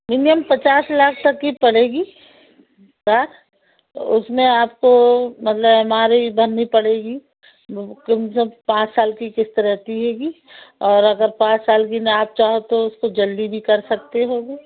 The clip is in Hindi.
प्रीमियम पचास लाख तक की पड़ेगी थार उसमें आपको मतलब हमारे इधर नहीं पड़ेगी पाँच साल की क़िस्त रहती हेगी और अगर पाँच साल भी ना आप चाहो तो उसको जल्दी भी कर सकते होगे